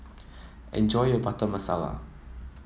enjoy your Butter Masala